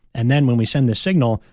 and then when we send the signal,